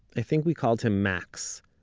i think we called him max,